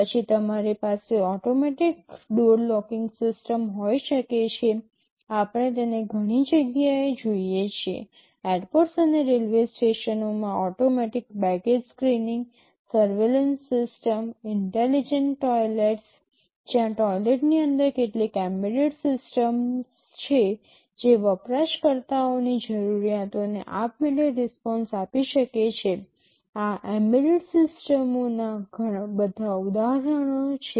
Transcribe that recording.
પછી તમારી પાસે ઓટોમેટિક ડોર લોકિંગ સિસ્ટમ્સ હોઈ શકે છે આપણે તેને ઘણી જગ્યાએ જોઈએ છીએ એરપોર્ટ્સ અને રેલ્વે સ્ટેશનોમાં automatic baggage screenings surveillance systems intelligent toilets જ્યાં ટોઈલેટ્સની અંદર કેટલીક એમ્બેડ સિસ્ટમ્સ છે જે વપરાશકર્તાઓની જરૂરિયાતોને આપમેળે રિસ્પોન્સ આપી શકે છે આ એમ્બેડેડ સિસ્ટમોના બધા ઉદાહરણો છે